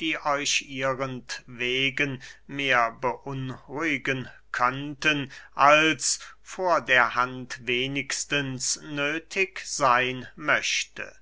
die euch ihrentwegen mehr beunruhigen könnten als vor der hand wenigstens nöthig seyn möchte